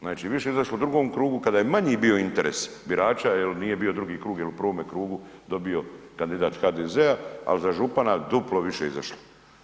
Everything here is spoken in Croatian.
Znači više je izašlo u drugom krugu kada je manji bio interes birača jel nije bio drugi krug jel je u prvome krugu dobio kandidat HDZ-a, ali za župana je duplo više izašlo.